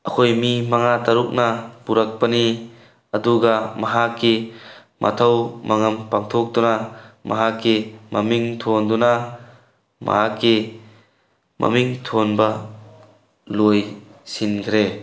ꯑꯩꯈꯣꯏ ꯃꯤ ꯃꯉꯥ ꯇꯔꯨꯛꯅ ꯄꯨꯔꯛꯄꯅꯤ ꯑꯗꯨꯒ ꯃꯍꯥꯛꯀꯤ ꯃꯊꯧ ꯃꯉꯝ ꯄꯥꯡꯊꯣꯛꯇꯨꯅ ꯃꯍꯥꯛꯀꯤ ꯃꯃꯤꯡ ꯊꯣꯟꯗꯨꯅ ꯃꯍꯥꯛꯀꯤ ꯃꯃꯤꯡ ꯊꯣꯟꯕ ꯂꯣꯏꯁꯤꯟꯈ꯭ꯔꯦ